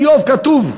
איוב, כתוב,